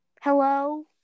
Hello